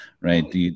right